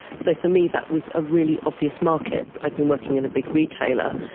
so for me that was a really obvious market. i had been working in a big retailer,